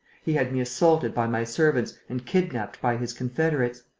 he had me assaulted by my servants and kidnapped by his confederates.